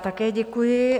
Také děkuji.